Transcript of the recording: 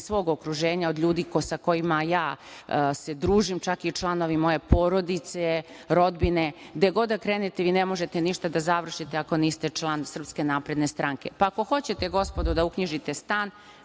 svog okruženja od ljudi sa kojima se ja družim, čak i članovi moje porodice, rodbine, gde god da krenete vi ne možete ništa da završite ako niste član SNS. Pa, ako hoćete, gospodo, da uknjižite stan,